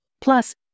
plus